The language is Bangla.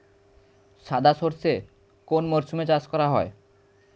সাদা সর্ষে কোন মরশুমে চাষ করা হয়?